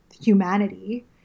humanity